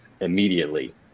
immediately